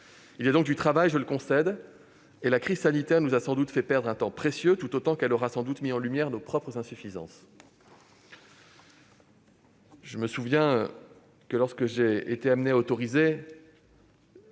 Il y a donc du travail, je le concède, et la crise sanitaire nous a sans doute fait perdre un temps précieux, tout autant qu'elle aura mis en lumière nos propres insuffisances. Durant la crise sanitaire, j'ai été amené à autoriser